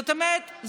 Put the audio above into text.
זאת אומרת,